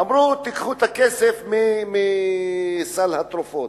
אמרו, קחו את הכסף מסל התרופות.